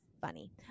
funny